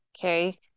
okay